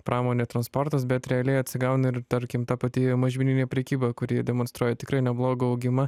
pramonė transportas bet realiai atsigauna ir tarkim ta pati mažmeninė prekyba kuri demonstruoja tikrai neblogą augimą